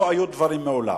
לא היו דברים מעולם.